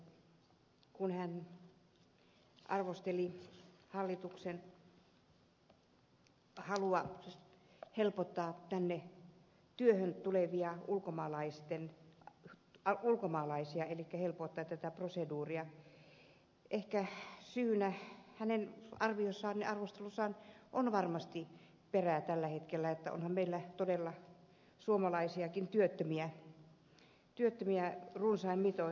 mustajärvelle kun hän arvosteli hallituksen halua helpottaa tänne työhön tulevia ulkomaalaisia elikkä helpottaa tätä proseduuria että hänen arvostelussaan on varmasti perää tällä hetkellä onhan meillä todella suomalaisiakin työttömiä runsain mitoin